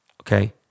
okay